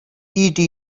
eta